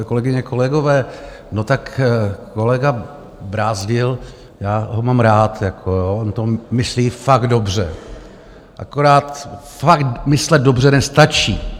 Kolegyně, kolegové, no, tak kolega Brázdil já ho mám rád, on to myslí fakt dobře, akorát fakt myslet dobře nestačí.